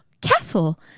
castle